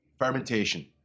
fermentation